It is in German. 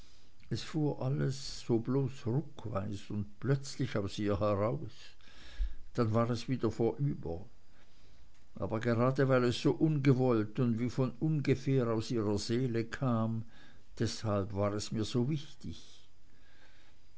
es fuhr alles bloß ruckweise und plötzlich aus ihr heraus und dann war es wieder vorüber aber gerade weil es so ungewollt und wie von ungefähr aus ihrer seele kam deshalb war es mir so wichtig